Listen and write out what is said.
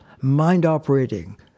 mind-operating